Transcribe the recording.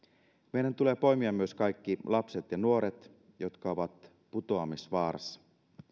meidän tulee poimia myös kaikki lapset ja nuoret jotka ovat putoamisvaarassa